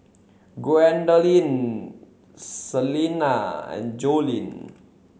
Gwendolyn Celina and Joleen